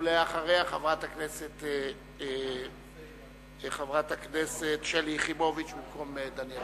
ואחריה, חברת הכנסת שלי יחימוביץ, במקום דניאל